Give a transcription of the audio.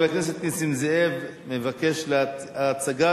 חבר הכנסת נסים זאב מבקש להציע את ההצעה